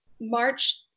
march